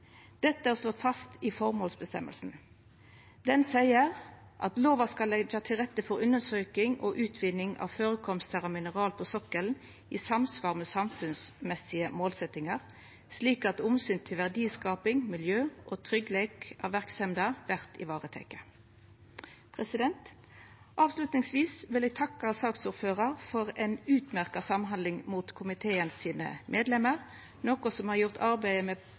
Dette er slått fast i føremålsføresegna. Ho seier at lova skal leggja til rette for undersøking og utvinning av førekomstar av mineral på sokkelen, i samsvar med samfunnsmessige målsettingar, slik at omsyn til verdiskaping, miljø og tryggleik ved verksemda vert varetekne. Avslutningsvis vil eg takka saksordføraren for ei framifrå samhandling med medlemene i komiteen, noko som har gjort arbeidet med